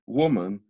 woman